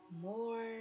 more